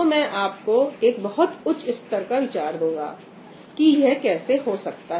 तो मैं आपको एक बहुत उच्च स्तर का विचार दूंगा कि यह कैसे हो सकता है